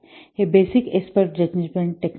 हे basic expert judgement technique आहे